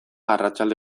arratsalde